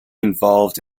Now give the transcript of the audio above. involved